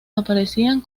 aparecían